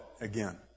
again